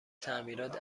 تعمیرات